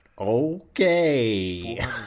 okay